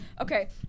Okay